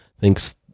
thinks